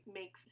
make